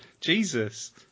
Jesus